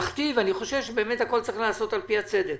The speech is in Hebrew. אני איש ממלכתי ואני חושב שבאמת הכול צריך לעשות על פי הצדק.